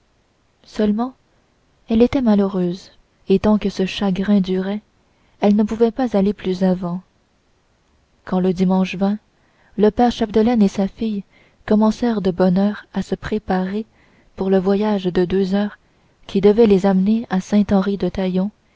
seulement elle était malheureuse et tant que le chagrin durait elle ne pouvait pas aller plus avant quand le dimanche vint le père chapdelaine et sa fille commencèrent de bonne heure à se préparer pour le voyage de deux heures qui devait les amener à